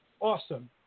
Awesome